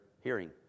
hearing